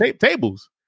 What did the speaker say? tables